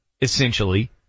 essentially